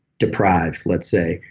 deprived, let's say.